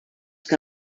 que